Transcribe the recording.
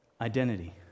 Identity